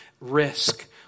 risk